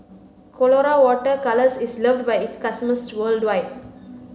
Colora Water Colours is loved by its customers worldwide